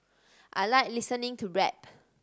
I like listening to rap